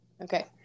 Okay